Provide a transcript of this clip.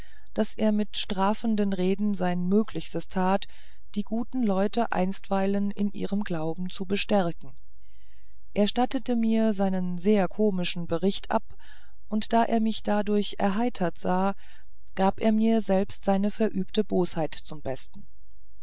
daß er mit strafenden reden sein möglichstes tat die guten leute einstweilen in ihrem glauben zu bestärken er stattete mir einen sehr komischen bericht ab und da er mich dadurch erheitert sah gab er mir selbst seine verübte bosheit zum besten